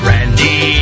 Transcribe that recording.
Randy